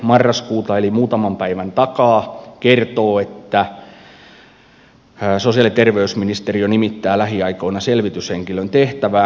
marraskuuta eli muutaman päivän takaa kertoo että sosiaali ja terveysministeriö nimittää lähiaikoina selvityshenkilön tehtävään